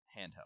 handheld